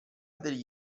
degli